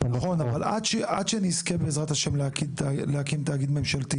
עד שנזכה, בעזרת השם, להקים תאגיד ממשלתי